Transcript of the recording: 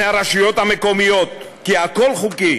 מהרשויות המקומיות, כי הכול חוקי.